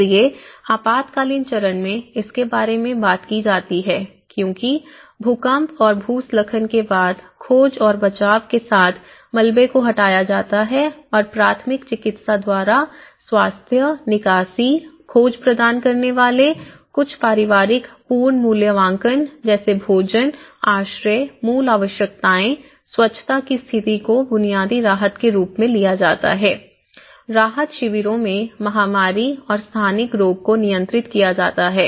इसलिए आपातकालीन चरण में इसके बारे में बात की जाती है क्योंकि भूकंप और भूस्खलन के बाद खोज और बचाव के साथ मलबे को हटाया जाता है और प्राथमिक चिकित्सा द्वारा स्वास्थ्य निकासी खोज प्रदान करने वाले कुछ पारिवारिक पुनर्मूल्यांकन जैसे भोजन आश्रय मूल आवश्यकताएं स्वच्छता की स्थिति को बुनियादी राहत के रूप में लिया जाता है राहत शिविरों में महामारी और स्थानिक रोग को नियंत्रित किया जाता है